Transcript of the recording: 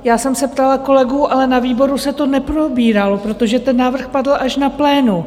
Já jsem se ptala kolegů, ale na výboru se to neprobíralo, protože ten návrh padl až na plénu.